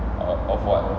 of of what